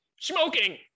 Smoking